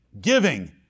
giving